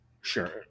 Sure